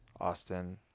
Austin